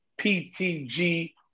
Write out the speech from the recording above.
PTG